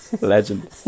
Legend